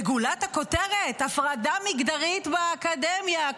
וגולת הכותרת: הפרדה מגדרית באקדמיה,